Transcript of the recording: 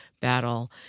battle